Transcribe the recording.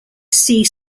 see